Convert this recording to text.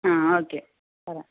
ആ ഓക്കേ പറയാം